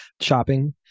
shopping